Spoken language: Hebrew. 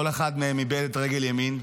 כל אחד מהם איבד את רגל ימין,